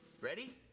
Ready